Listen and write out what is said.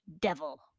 Devil